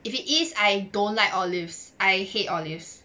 if it is I don't like olives I hate olives